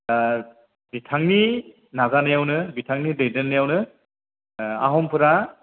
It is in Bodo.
ओ बिथांनि नाजानायावनो बिथांनि दैदेननायावनो ओ आहमफोरा